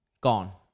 Gone